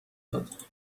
داد